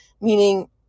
meaning